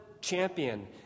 champion